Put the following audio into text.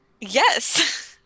yes